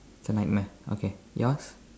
it's a nightmare okay yours